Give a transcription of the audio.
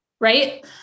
Right